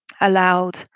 Allowed